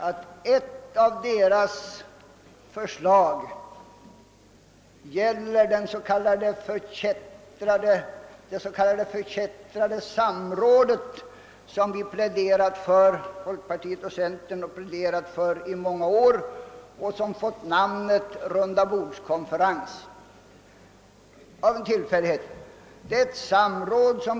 Men ett av förslagen i den gäller det förkättrade samråd som folkpartiet och centern har pläderat för i många år och som av en tillfällighet fått namnet rundabordskonferens.